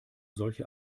solche